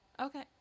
okay